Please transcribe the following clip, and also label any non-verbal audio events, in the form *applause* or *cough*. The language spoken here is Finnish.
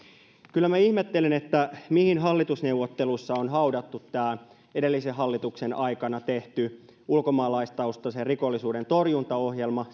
kyllä minä ihmettelen mihin hallitusneuvotteluissa on haudattu tämä edellisen hallituksen aikana tehty ulkomaalaistaustaisen rikollisuuden torjuntaohjelma *unintelligible*